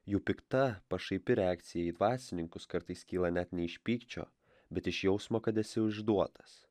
jų pikta pašaipi reakcija į dvasininkus kartais kyla net ne iš pykčio bet iš jausmo kad esi išduotas